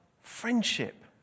friendship